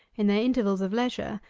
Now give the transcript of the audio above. in their intervals of leisure,